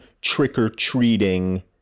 trick-or-treating